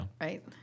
Right